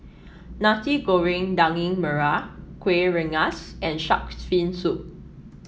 Nasi Goreng Daging Merah Kuih Rengas and shark's fin soup